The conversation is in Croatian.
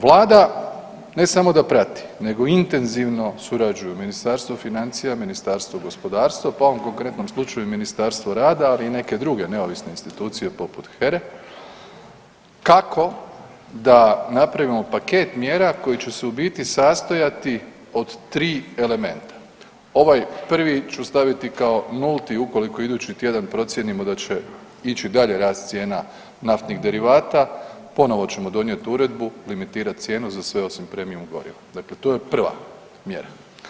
Vlada ne samo da prati nego intenzivno surađuju Ministarstvo financija, Ministarstvo gospodarstva pa u ovom konkretnom slučaju Ministarstvo rada, ali i neke druge neovisne institucije poput HERA-e kako da napravimo paket mjera koji će se u biti sastojati od tri elementa, ovaj prvi ću staviti kao nulti ukoliko idući tjedan procijenimo da će ići dalje rast cijena naftnih derivata, ponovo ćemo donijeti uredbu limitirat cijenu za sve osim Premium goriva, dakle to je prva mjera.